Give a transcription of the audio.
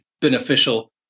beneficial